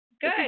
Good